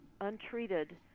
untreated